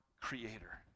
creator